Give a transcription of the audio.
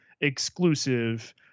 exclusive